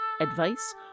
advice